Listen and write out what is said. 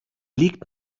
liegt